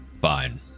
Fine